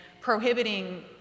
prohibiting